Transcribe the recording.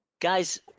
Guys